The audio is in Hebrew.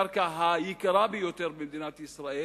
הקרקע היקרה ביותר במדינת ישראל,